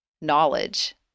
knowledge